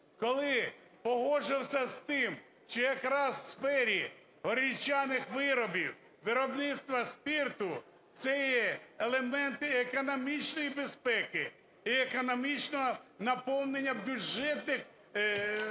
коли погоджувався з тим, що якраз в сфері горілчаних виборів, виробництво спирту - це є елементи економічної безпеки, і економічного наповнення бюджетних наших